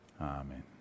Amen